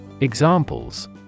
Examples